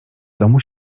domu